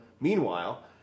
Meanwhile